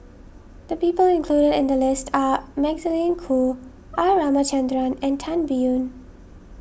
the people include in the list are Magdalene Khoo R Ramachandran and Tan Biyun